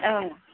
औ